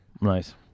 nice